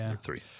Three